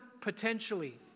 potentially